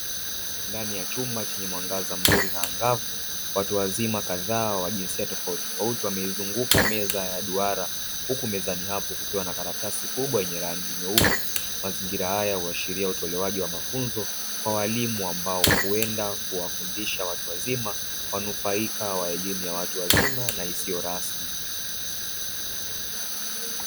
Ndani ya chumba chenye mwangaza mzuri na angavu, watu wazima kadhaa wa jinsia tofautitofauti. Wameizunguka meza ya duara, huku mezani hapo kukiwa na karatasi kubwa yenye rangi nyeupe. Mazingira haya huashiria utolewaji wa mafunzo kwa walimu ambao huenda kuwafundisha watu wazima, wanufaika wa elimu ya watu wazima na isiyo rasmi.